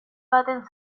baten